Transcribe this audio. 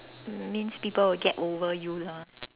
means people will get over you lah